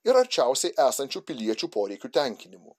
ir arčiausiai esančių piliečių poreikių tenkinimu